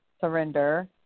surrender